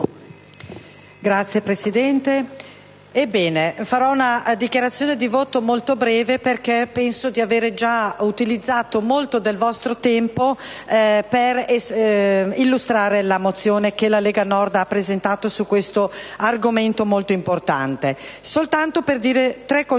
Signor Presidente, farò una dichiarazione di voto molto breve, perché penso di avere già utilizzato molto del nostro tempo illustrando la mozione che la Lega Nord ha presentato su questo argomento molto importante. Voglio soltanto mettere in